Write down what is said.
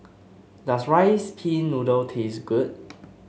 does rice pin noodle taste good